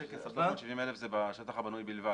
ה-376,000 כריתות, זה בשטח הבנוי בלבד?